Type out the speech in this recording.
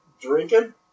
Drinking